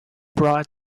brought